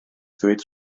ddweud